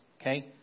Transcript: Okay